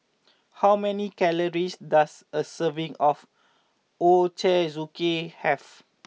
how many calories does a serving of Ochazuke have